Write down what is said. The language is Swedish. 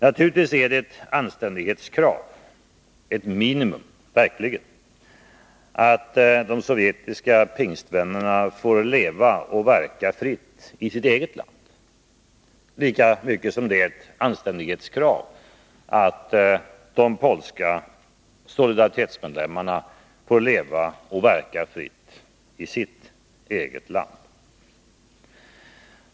Naturligtvis är det ett anständighetskrav, ett minimum verkligen, att de sovjetiska pingstvännerna får leva och verka fritt i sitt eget land, lika mycket som det är ett anständighetskrav att de polska Solidaritetsmedlemmarna får leva och verka fritt i sitt eget land.